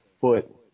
foot